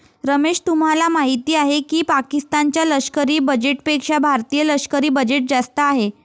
रमेश तुम्हाला माहिती आहे की पाकिस्तान च्या लष्करी बजेटपेक्षा भारतीय लष्करी बजेट जास्त आहे